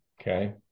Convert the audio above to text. okay